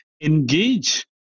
engage